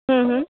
हूं हूं